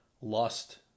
lust